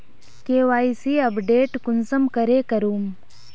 KYC update कुंसम करे करूम?